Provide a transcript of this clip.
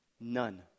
None